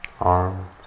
arms